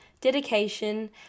dedication